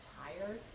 tired